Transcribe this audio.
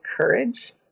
courage